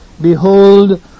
Behold